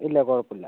ഇല്ല കുഴപ്പമില്ല